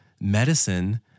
medicine